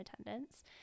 attendance